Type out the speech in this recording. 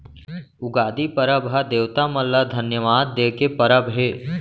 उगादी परब ह देवता मन ल धन्यवाद दे के परब हे